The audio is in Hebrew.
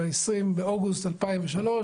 בהתאם לאירועים